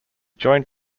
joined